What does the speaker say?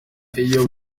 iyo